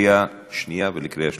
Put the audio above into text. לקריאה שנייה וקריאה שלישית.